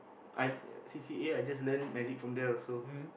i c_c_a I just learn magic from there also